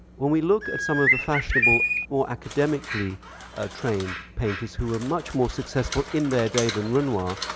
when we look at some of the fashionable, more academically ah trained painters who were much more successful in their day than renoir,